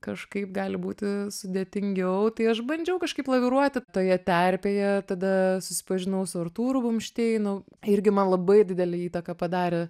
kažkaip gali būti sudėtingiau tai aš bandžiau kažkaip laviruoti toje terpėje tada susipažinau su artūru bumšteinu irgi man labai didelę įtaką padarė